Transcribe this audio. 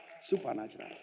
Supernatural